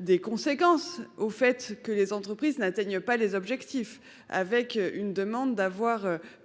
Des conséquences au fait que les entreprises n'atteignent pas les objectifs avec une demande d'avoir